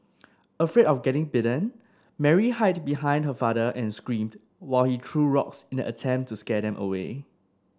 afraid of getting bitten Mary hide behind her father and screamed while he threw rocks in an attempt to scare them away